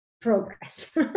progress